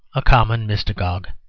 a common mystagogue.